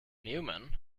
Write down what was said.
newman